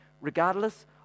regardless